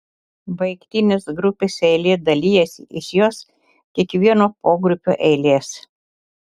baigtinės grupės eilė dalijasi iš jos kiekvieno pogrupio eilės